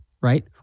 right